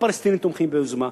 הפלסטינים תומכים ביוזמה,